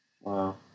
Wow